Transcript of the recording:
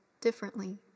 differently